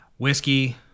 Whiskey